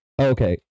okay